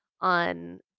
on